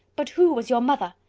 but who was your mother?